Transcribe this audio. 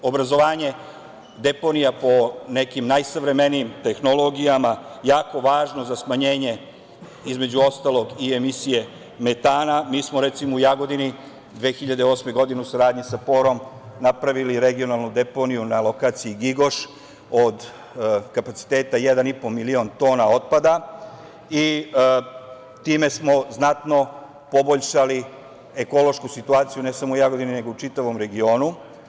Zato što je obrazovanje deponija po nekim najsavremenijim tehnologijama jako važno za smanjenje, između ostalog, i emisije metana, mi smo, recimo, u Jagodini 2008. godine, u saradnji sa „Porr-om“ napravili regionalnu deponiju na lokaciji Gigoš, kapaciteta 1,5 milion tona otpada i time smo znatno poboljšali ekonomsku situaciju ne samo u Jagodini nego u čitavom regionu.